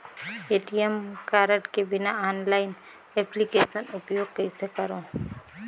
ATM card के बिना online application उपयोग कइसे करो?